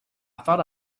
thought